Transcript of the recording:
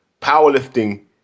Powerlifting